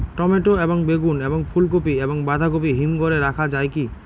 Tomato এবং বেগুন এবং ফুলকপি এবং বাঁধাকপি হিমঘরে রাখা যায় কি?